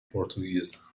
portuguese